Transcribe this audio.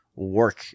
work